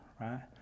Right